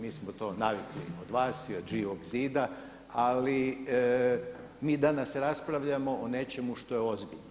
Mi smo to navikli od vas i od Živog zida, ali mi danas raspravljamo o nečemu što je ozbiljno.